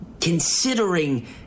considering